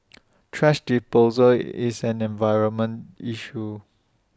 thrash disposal IT is an environmental issue